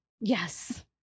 yes